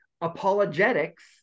apologetics